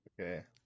Okay